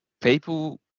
People